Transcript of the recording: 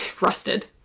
Rusted